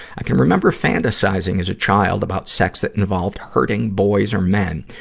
i can remember fantasizing as a child about sex that involved hurting boys or men.